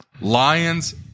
Lions